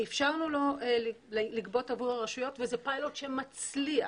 שאפשרנו לו לגבות עבור הרשויות וזה פיילוט שמצליח.